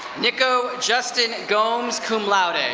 nicco justin golmes, cum laude. and